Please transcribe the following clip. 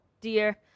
dear